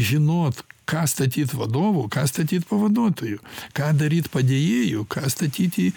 žinot ką statyt vadovu ką statyt pavaduotoju ką daryt padėjėju ką statyt į